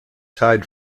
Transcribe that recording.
tied